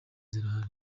zirahari